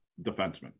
defenseman